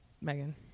Megan